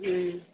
ம்